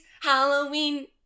Halloween